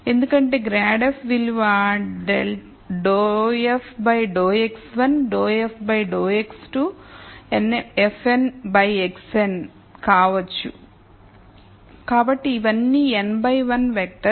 ఎందుకంటే grad f విలువ ∂f ∂x1 ∂f ∂x2 nf n xn కావచ్చుకాబట్టి ఇవన్నీ n by 1 వెక్టర్స్